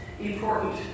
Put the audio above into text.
important